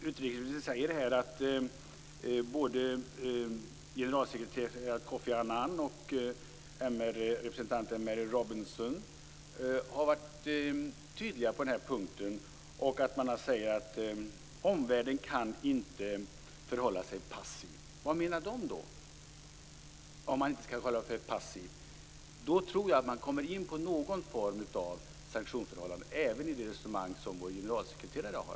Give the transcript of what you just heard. Utrikesministern säger här att både generalsekreteraren Kofi Annan och MR-representanten Mary Robinson har varit tydliga på den punkten. De säger att omvärlden inte kan förhålla sig passiv. Vad menar Kofi Annan och Mary Robinson med det? Då tror jag att man kommer in på någon form av sanktioner, även i det resonemang som generalsekreteraren för.